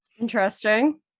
interesting